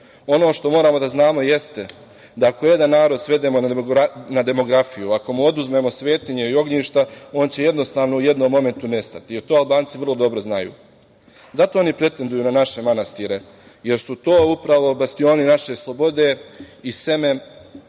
što moramo da znamo jeste da ako jedan narod svedemo na demografiju, ako mu oduzmimo svetinje i ognjišta, on će jednostavno u jednom momentu nestati. To Albanci vrlo dobro znaju i zato pretenduju na naše manastire, jer su to upravo bastioni naše slobode i seme